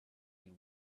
and